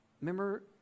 Remember